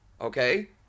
Okay